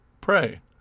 Pray